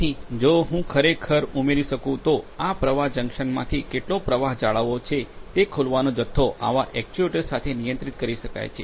તેથી જો હું ખરેખર ઉમેરી શકું તો આ પ્રવાહ જંકશનમાંથી કેટલો પ્રવાહ જાળવવો છે તે ખોલવાનો જથ્થો આવા એક્ક્યુએટર્સ સાથે નિયંત્રિત કરી શકાય છે